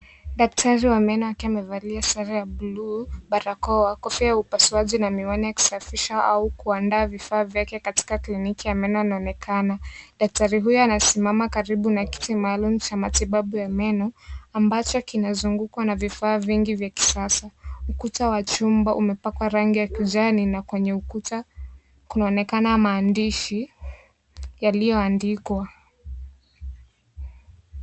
Daktari wa meno, akiwa amevalia sare ya blue , barakoa, kofia ya upasuaji na miwani, akisafisha au kuandaa vifaa vyake katika kliniki ya meno, anaonekana. Daktari huyo anasimama katika kiti maalum, cha matibabu ya meno, ambacho kinazungukwa na vifaa vingi vya kisasa. Ukuta wa chumba umepakwa rangi ya kijani na kwenye ukuta, kunaonekana maandishi yaliyoandikwa.